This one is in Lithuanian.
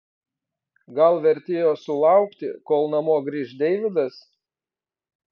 gal vertėjo sulaukti kol namo grįš deividas